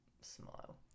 smile